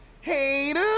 Hater